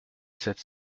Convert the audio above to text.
sept